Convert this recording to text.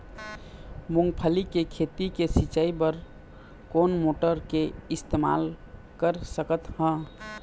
मूंगफली के खेती के सिचाई बर कोन मोटर के इस्तेमाल कर सकत ह?